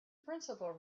principal